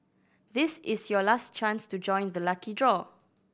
this is your last chance to join the lucky draw